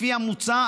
לפי המוצע,